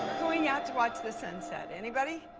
going out to watch the sunset, anybody?